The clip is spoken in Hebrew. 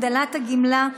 הגדלת הגמלה),